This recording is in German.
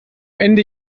ende